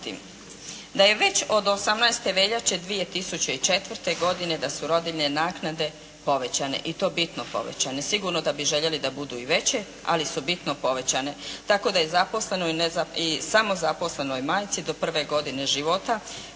Da je već od 18. veljače, 2004. godine da su rodiljne naknade povećane. I to bitno povećane, sigurno da bi željeli da budu i veće, ali su bitno povećane. Tako da je zaposlenoj i samozaposlenoj majci do prve godine života